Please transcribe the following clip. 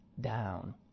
down